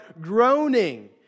groaning